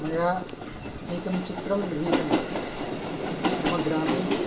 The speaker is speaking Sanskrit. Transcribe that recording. मया एकं चित्रं गृहीतमस्ति मम ग्रामे